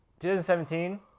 2017